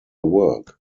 work